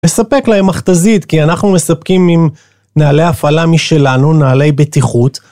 נספק להם מכתזית, כי אנחנו מספקים עם נהלי הפעלה משלנו, נהלי בטיחות.